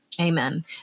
Amen